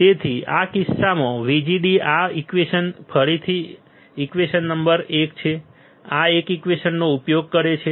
તેથી આ કિસ્સામાં VGD આ ઈક્વેશન ફરીથી ઈક્વેશન નંબર એક છે આ એક ઈક્વેશનનો ઉપયોગ કરે છે